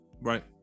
Right